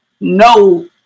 no